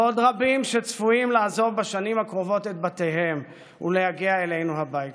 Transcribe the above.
ועוד רבים צפויים לעזוב בשנים הקרובות את בתיהם ולהגיע אלינו הביתה.